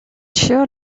sure